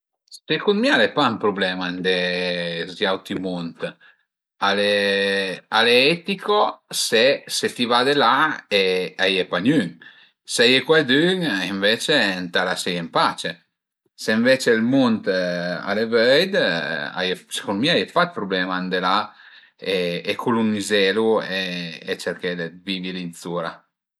Secund mi al e pa ün prublema andé sü i auti mund, al e al e etico se se ti vade la e a ie pa gnün, s'a ie cuaidün ënvece ëntà laseie ën pace, se ënvece ël mund al e vöit a ie secund mi a ie pa d'prublemi a andé la e culunizelu e cerché d'vivi li zura